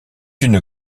une